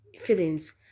feelings